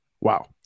Wow